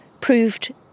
proved